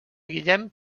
guillem